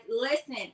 listen